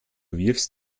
wirfst